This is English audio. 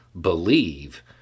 believe